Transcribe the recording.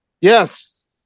Yes